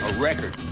record,